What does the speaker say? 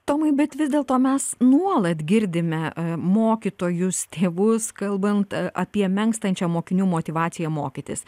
tomai bet vis dėlto mes nuolat girdime mokytojus tėvus kalbant apie menkstančią mokinių motyvaciją mokytis